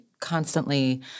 constantly